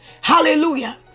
Hallelujah